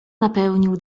napełnił